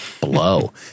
blow